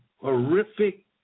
horrific